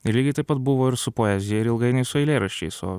ir lygiai taip pat buvo ir su poezija ir ilgainiui su eilėraščiais o